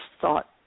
thought